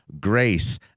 Grace